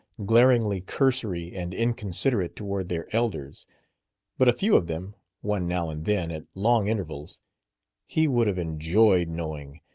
glaringly cursory and inconsiderate toward their elders but a few of them one now and then, at long intervals he would have enjoyed knowing,